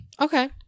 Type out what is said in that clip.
Okay